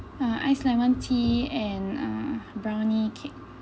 uh ice lemon tea and uh brownie cake